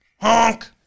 Honk